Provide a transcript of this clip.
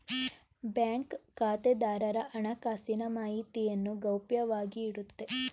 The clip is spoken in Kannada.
ಬ್ಯಾಂಕ್ ಖಾತೆದಾರರ ಹಣಕಾಸಿನ ಮಾಹಿತಿಯನ್ನು ಗೌಪ್ಯವಾಗಿ ಇಡುತ್ತೆ